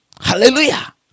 Hallelujah